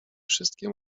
wszystkie